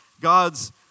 God's